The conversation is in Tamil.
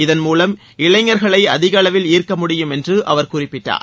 இதன் மூலம் இளைஞர்களை அதிக அளவில் ஈர்க்க முடியும் என்று அவர் குறிப்பிட்டார்